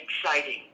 exciting